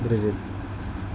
Brazil